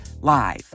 live